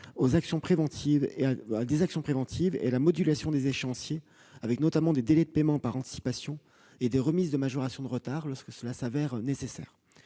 des actions préventives, à la modulation des échéanciers notamment avec des délais de paiement par anticipation et des remises de majoration de retard lorsque cela s'avère nécessaire.